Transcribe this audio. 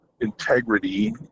integrity